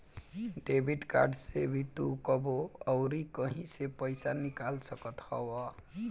debit card से तू कबो अउरी कहीं से पईसा निकाल सकत हवअ